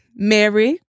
Mary